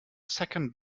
second